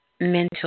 mental